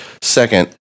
second